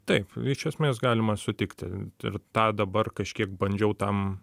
taip iš esmės galima sutikti ir tą dabar kažkiek bandžiau tam